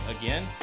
again